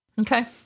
Okay